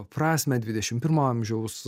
prasmę dvidešimt pirmo amžiaus